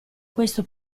questo